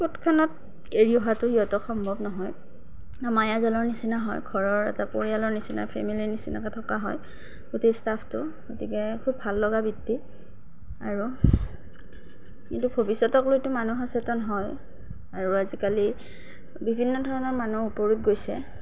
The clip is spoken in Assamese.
তৎক্ষণাত এৰি অহাটো সিহঁতক সম্ভৱ নহয় মায়াজালৰ নিচিনা হয় ঘৰৰ এটা পৰিয়ালৰ নিচিনা ফেমিলি নিচিনাকৈ থকা হয় গোটেই ষ্টাফটো গতিকে খুব ভাল লগা বৃত্তি আৰু কিন্তু ভৱিষ্যতক লৈতো মানুহ সচেতন হয় আৰু আজিকালি বিভিন্ন ধৰণে মানুহ ওপৰত গৈছে